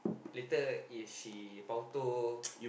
later if she bao toh